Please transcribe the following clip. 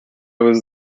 was